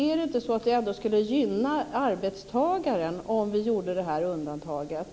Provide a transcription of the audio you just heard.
Skulle det ändå inte gynna arbetstagaren om vi gjorde det här undantaget?